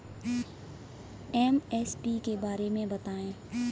MSP के बारे में बतायें?